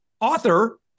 author